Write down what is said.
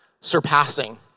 surpassing